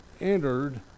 entered